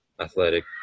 athletic